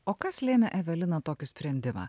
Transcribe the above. o kas lėmė evelina tokį sprendimą